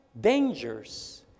dangers